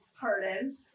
pardon